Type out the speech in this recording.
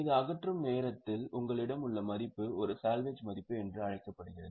இது அகற்றும் நேரத்தில் உங்களிடம் உள்ள மதிப்பு ஒரு சால்வேஜ் மதிப்பு என்று அழைக்கப்படுகிறது